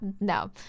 no